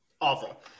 awful